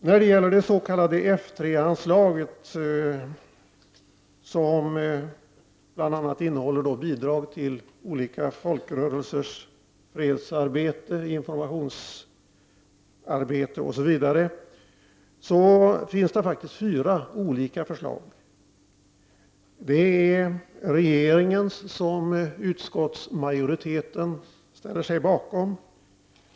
När det gäller storleken på F3-anslaget, som bl.a. innehåller bidrag till olika folkrörelsers fredsarbete och informationsarbete osv., finns det fyra olika förslag. Det är regeringens förslag, som utskottsmajoriteten ställer sig bakom.